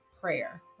prayer